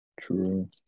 True